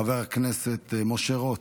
חבר הכנסת משה רוט,